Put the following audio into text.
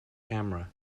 camera